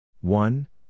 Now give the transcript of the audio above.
one